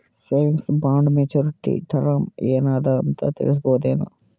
Savings bond maturity term ಏನ ಅದ ಅಂತ ತಿಳಸಬಹುದೇನು?